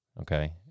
Okay